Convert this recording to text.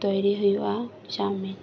ᱛᱚᱭᱨᱤ ᱦᱩᱭᱩᱜᱼᱟ ᱪᱟᱣᱢᱤᱱ